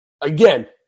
again